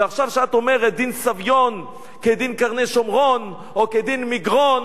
ועכשיו כשאת אומרת: דין סביון כדין קרני-שומרון או כדין מגרון,